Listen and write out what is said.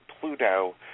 Pluto